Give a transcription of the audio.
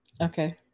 okay